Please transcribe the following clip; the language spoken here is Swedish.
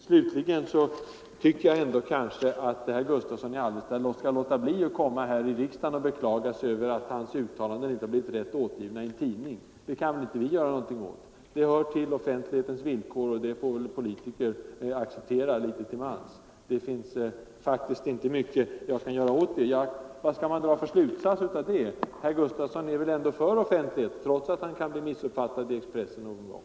Slutligen tycker jag ändå att herr Gustavsson i Alvesta bör låta bli att beklaga sig här i riksdagen över att hans uttalanden inte har blivit riktigt återgivna i en tidning. Det kan ju inte vi göra någonting åt! Sådant hör till offentlighetens villkor, och det får väl vi politiker acceptera litet till mans. Herr Gustavsson är väl ändå för offentligheten, trots att han kan bli missuppfattad i Expressen någon gång?